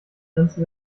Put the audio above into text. grenze